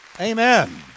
Amen